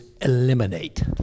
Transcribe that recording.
eliminate